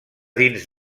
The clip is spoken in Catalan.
dins